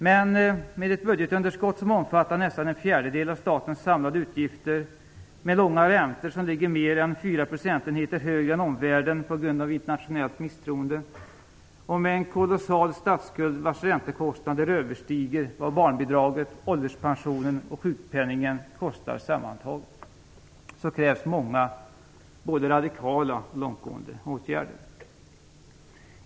Men med ett budgetunderskott som omfattar nästan en fjärdedel av statens samlade utgifter, med långa räntor som på grund av internationellt misstroende ligger mer än 4 procentenheter högre än omvärldens, och med en kolossal statsskuld vars räntekostnader överstiger vad barnbidraget, ålderspensionen och sjukpenningen kostar sammantaget krävs det många, både radikala och långtgående, åtgärder.